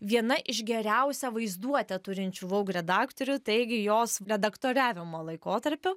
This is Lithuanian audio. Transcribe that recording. viena iš geriausią vaizduotę turinčių vaug redaktorių taigi jos redaktoriavimo laikotarpiu